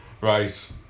Right